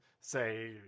say